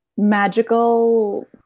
magical